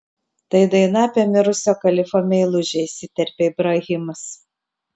tai daina apie mirusio kalifo meilužę įsiterpė ibrahimas